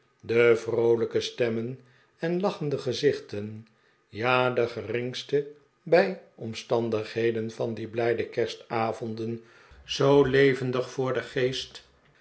de vroolijke stemmen en lachende gezichten ja de ge ringste bijomstandigheden van die blijde kerstavonden zoo levendig voor den geest